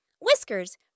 Whiskers